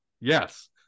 yes